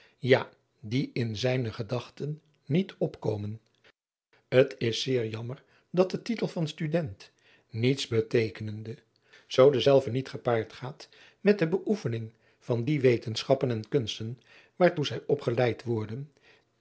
ja die in zijne gedachten niet opko driaan oosjes zn et leven van aurits ijnslager men t s zeer jammer dat de titel van tudent niets beteekenende zoo dezelve niet gepaard gaat met de beoefening van die wetenschappen en kunsten waartoe zij opgeleid worden